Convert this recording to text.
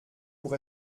pour